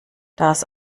das